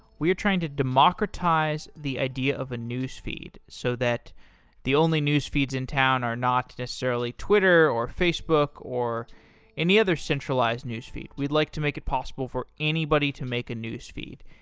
we are trying to democratize the idea of a newsfeed so that the only newsfeeds in town are not necessarily twitter, or facebook, or any other centralized newsfeed. we'd like to make it possible for anybody to make a newsfeed.